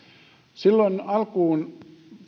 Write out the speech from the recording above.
silloin alkuun